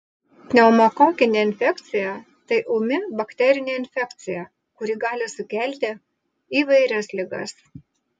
pneumokokinė infekcija tai ūmi bakterinė infekcija kuri gali sukelti įvairias ligas